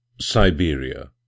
Siberia